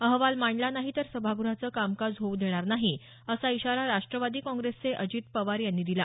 अहवाल मांडला नाही तर सभाग्रहाचं कामकाज होऊ देणार नाही अशा इशारा राष्ट्रवादी काँग्रेसचे अजित पवार यांनी दिला